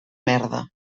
merda